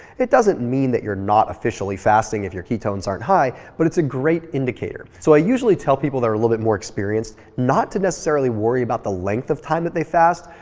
it doesn't mean that you're not officially fasting if your ketones aren't high. but it's a great indicator. so i usually tell people that are a little bit more experienced not to necessarily worry about the length of time that they fast,